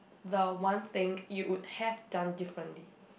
the one thing you would have done differently